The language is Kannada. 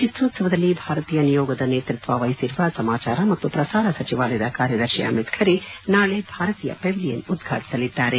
ಚಿತ್ರೋತ್ಸವದಲ್ಲಿ ಭಾರತೀಯ ನಿಯೋಗದ ನೇತೃತ್ವ ವಹಿಸಿರುವ ಸಮಾಚಾರ ಮತ್ತು ಪ್ರಸಾರ ಸಚಿವಾಲಯದ ಕಾರ್ಯದರ್ಶಿ ಅಮಿತ್ ಖರೆ ನಾಳೆ ಭಾರತೀಯ ಪೆವಿಲಿಯನ್ ಉದ್ವಾಟಿಸಲಿದ್ದಾರೆ